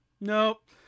nope